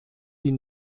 die